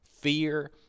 fear